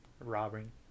robbing